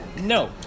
No